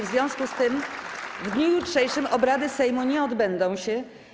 W związku z tym w dniu jutrzejszym obrady Sejmu nie odbędą się.